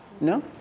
No